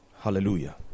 Hallelujah